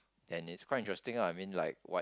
and it's quite interesting lah I mean like what